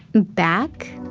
back,